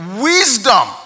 wisdom